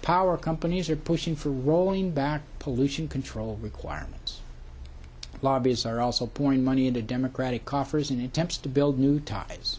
power companies are pushing for rolling back pollution control requirements lobbyists are also point money into democratic coffers in attempts to build new ties